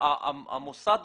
המוסד עצמו,